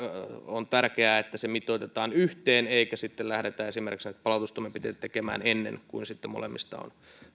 on tärkeää että sekä turvapaikkaprosessi että työlupaprosessi mitoitetaan yhteen eikä lähdetä esimerkiksi näitä palautustoimenpiteitä tekemään ennen kuin molemmista on